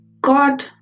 god